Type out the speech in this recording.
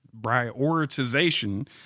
prioritization